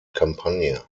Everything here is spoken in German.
kampagne